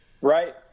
Right